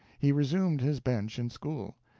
he resumed his bench in school,